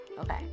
okay